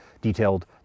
detailed